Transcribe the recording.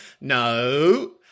No